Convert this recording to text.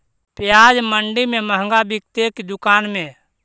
प्याज मंडि में मँहगा बिकते कि दुकान में?